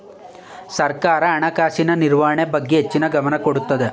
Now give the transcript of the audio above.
ಸರ್ಕಾರ ಹಣಕಾಸಿನ ನಿರ್ವಹಣೆ ಬಗ್ಗೆ ಹೆಚ್ಚಿನ ಗಮನ ಕೊಡುತ್ತದೆ